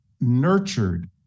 nurtured